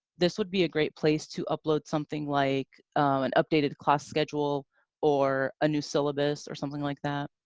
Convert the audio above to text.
this would be a great place to upload something like an updated class schedule or a new syllabus or something like that.